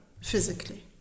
physically